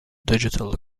digital